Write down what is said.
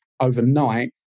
overnight